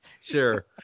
Sure